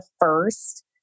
first